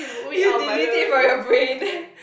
you delete it from your brain